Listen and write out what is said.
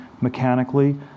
mechanically